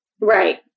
Right